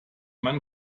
man